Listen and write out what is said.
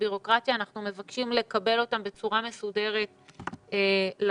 הבירוקרטיה אנחנו מבקשים לקבל אותם בצורה מסודרת לוועדה.